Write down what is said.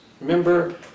Remember